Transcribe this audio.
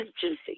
juicy